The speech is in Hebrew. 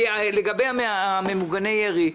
לגבי אוטובוסים ממוגני ירי,